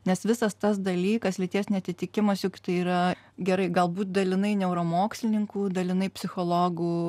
nes visas tas dalykas lyties neatitikimas juk tai yra gerai galbūt dalinai neuromokslininkų dalinai psichologų